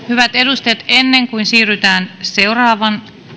hyvät edustajat ennen kuin siirrytään seuraavan